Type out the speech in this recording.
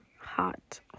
hot